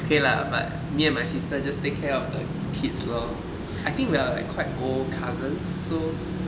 okay lah but me and my sister just take care of the kids lor I think we are like quite old cousins so